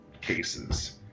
cases